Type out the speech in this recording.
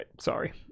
Sorry